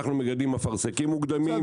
אנחנו מגדלים אפרסקים מוקדמים.